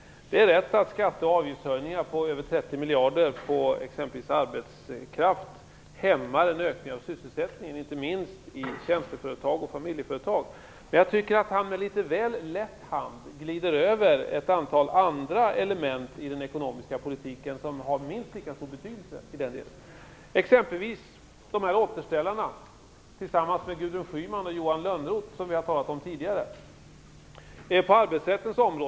Det är rätt att skatte och avgiftshöjningar på över 30 miljarder på exempelvis arbetskraft hämmar en ökning av sysselsättningen, inte minst i tjänsteföretag och familjeföretag. Jag tycker att han med litet väl lätt hand glider över ett antal andra element i den ekonomiska politiken som har minst lika stor betydelse i den delen. Ett exempel är återställarna på arbetsrättens område tillsammans med Gudrun Schyman och Johan Lönnroth, som vi har talat om tidigare.